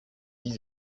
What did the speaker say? dix